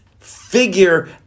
figure